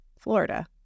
Florida